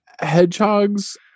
hedgehogs